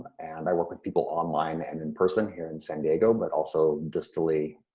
and i work with people online and in person here in san diego, but also distally.